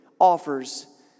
offers